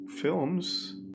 films